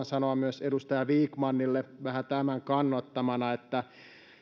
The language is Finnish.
sanoa myös edustaja vikmanille vähän tämän kannattamana että